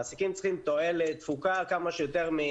מעסיקים צריכים כמה שיותר תפוקה מעובדים,